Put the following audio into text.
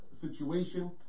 situation